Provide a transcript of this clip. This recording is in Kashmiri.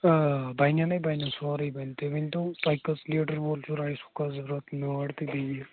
آ بَنن ہَے بَنن سورُے بَنہِ تُہۍ ؤنۍتَو تۄہہِ کٔژ لیٖٹر وول چھُو رایِس کُکَر ضروٗرت ناڈ تہٕ گیوِی